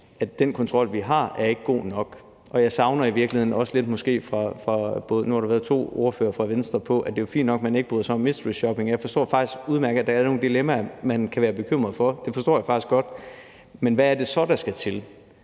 at den kontrol, vi har, ikke er god nok. Nu har der været to ordførere fra Venstre på, og det er fint nok, at man ikke bryder sig om mysteryshopping. Jeg forstår faktisk udmærket, at der er nogle dilemmaer, man kan være bekymret for. Det forstår jeg faktisk godt, men hvad er det så, der skal til?